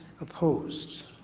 opposed